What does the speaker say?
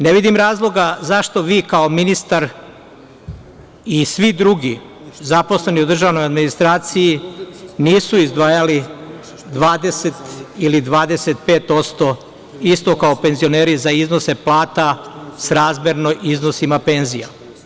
Ne vidim razloga zašto vi kao ministar i svi drugi zaposleni u državnoj administraciji nisu izdvajali 20 ili 25%, isto kao penzioneri, za iznose plata srazmerno iznosima penzija?